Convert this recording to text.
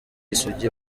isugi